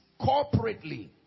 corporately